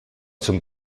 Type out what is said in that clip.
zum